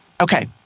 Okay